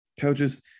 coaches